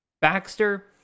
Baxter